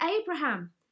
Abraham